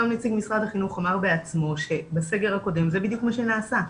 גם נציג משרד החינוך אמר בעצמו שבסגר הקודם זה בדיוק מה שנעשה.